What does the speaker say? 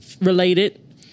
related